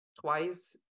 TWICE